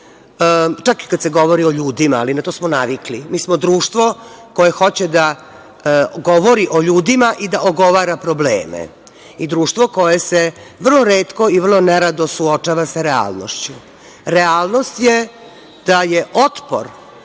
čak i kad se govori o ljudima? Ali, na to smo navikli. Mi smo društvo koje hoće da govori o ljudima i da ogovara probleme i društvo koje se vrlo retko i vrlo nerado suočava sa realnošću. Realnost je da je otpor